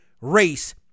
race